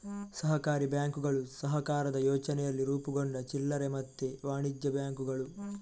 ಸಹಕಾರಿ ಬ್ಯಾಂಕುಗಳು ಸಹಕಾರದ ಯೋಚನೆಯಲ್ಲಿ ರೂಪುಗೊಂಡ ಚಿಲ್ಲರೆ ಮತ್ತೆ ವಾಣಿಜ್ಯ ಬ್ಯಾಂಕುಗಳು